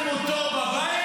אתם אירחתם אותו בבית,